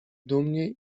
dumnie